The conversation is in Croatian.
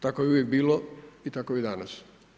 Tako je uvijek bilo i tako je i danas.